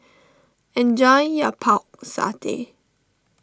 enjoy your Pork Satay